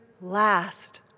last